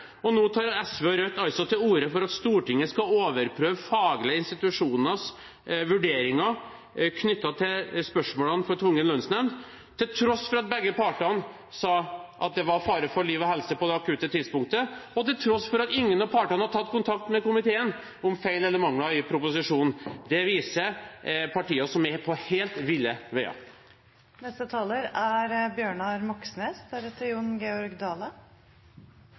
og hvem som ikke gjør det. Og nå tar SV og Rødt til orde for at Stortinget skal overprøve faglige institusjoners vurderinger knyttet til spørsmålene for tvungen lønnsnemnd, til tross for at begge partene sa det var fare for liv og helse på det aktuelle tidspunktet, og til tross for at ingen av partene har tatt kontakt med komiteen om feil eller mangler i proposisjonen. Det viser partier som er på helt ville